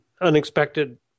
unexpected